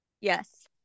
Yes